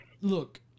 look